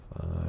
five